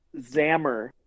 Zammer